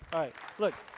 alright look.